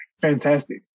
fantastic